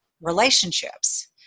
relationships